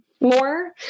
more